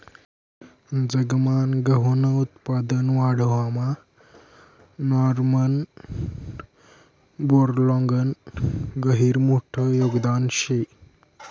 जगमान गहूनं उत्पादन वाढावामा नॉर्मन बोरलॉगनं गहिरं मोठं योगदान शे